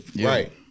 right